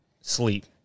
Sleep